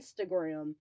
Instagram